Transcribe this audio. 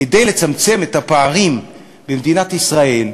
כדי לצמצם את הפערים במדינת ישראל,